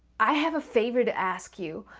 i have a favor to ask you.